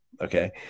okay